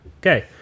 Okay